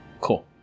cool